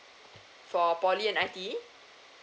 for poly and I_T